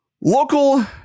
Local